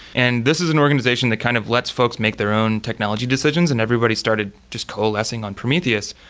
and this is an organization that kind of lets folks make their own technology decisions and everybody started just coalescing on prometheus.